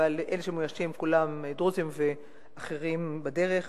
אבל אלה שמאוישים כולם דרוזים ואחרים בדרך,